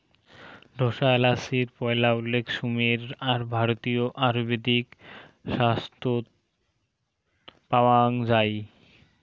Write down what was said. ঢোসা এ্যালাচির পৈলা উল্লেখ সুমের আর ভারতীয় আয়ুর্বেদিক শাস্ত্রত পাওয়াং যাই